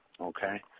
okay